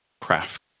craft